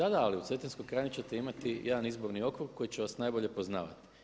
Ali u Cetinskoj krajini ćete imati jedan izborni okrug koji će vas najbolje poznavati.